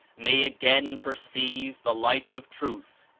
may again perceive the light of truth,